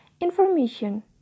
information